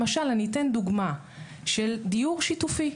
אני אתן דוגמה של דיור שיתופי.